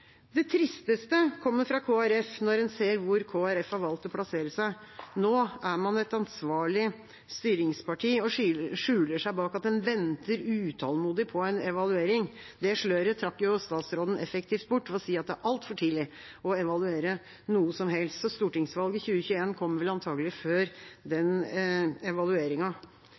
Det tristeste kommer fra Kristelig Folkeparti, når en ser hvor Kristelig Folkeparti har valgt å plassere seg. Nå er man et ansvarlig styringsparti og skjuler seg bak at en venter utålmodig på en evaluering. Det sløret trakk jo statsråden effektivt bort ved å si at det er altfor tidlig å evaluere noe som helst. Så stortingsvalget i 2021 kommer vel antakelig før den